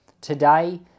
Today